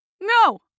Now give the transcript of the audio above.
No